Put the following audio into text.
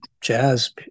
jazz